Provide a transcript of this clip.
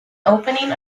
opening